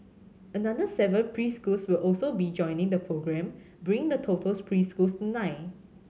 another seven preschools will also be joining the programme bringing the totals preschools to nine